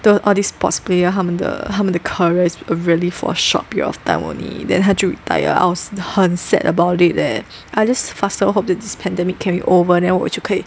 though all these sports player 他们的他们的 career is really for a short period of time only then 他就 retire I was 很 sad about it leh I just faster hope that this pandemic can be over 了 then 我就可以